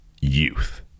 youth